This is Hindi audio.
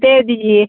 दे दीजिए